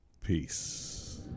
Peace